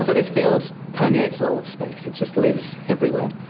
so this field permeates all of space, it just lives everywhere.